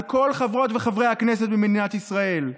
על כל חברות וחברי הכנסת במדינת ישראל.